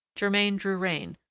germain drew rein,